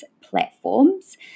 platforms